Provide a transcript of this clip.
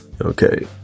Okay